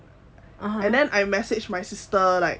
and then I message my sister like